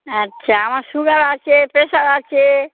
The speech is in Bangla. আচ্ছা আমার সুগার আছে প্রেশার আছে